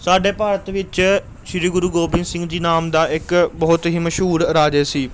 ਸਾਡੇ ਭਾਰਤ ਵਿੱਚ ਸ਼੍ਰੀ ਗੁਰੂ ਗੋਬਿੰਦ ਸਿੰਘ ਜੀ ਨਾਮ ਦਾ ਇੱਕ ਬਹੁਤ ਹੀ ਮਸ਼ਹੂਰ ਰਾਜੇ ਸੀ